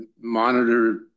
monitor